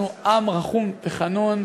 אנחנו עם רחום וחנון,